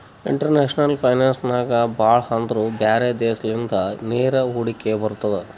international finance ನಾಗ್ ಭಾಳ ಅಂದುರ್ ಬ್ಯಾರೆ ದೇಶಲಿಂದ ನೇರ ಹೂಡಿಕೆ ಬರ್ತುದ್